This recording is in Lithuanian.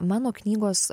mano knygos